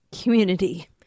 community